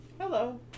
Hello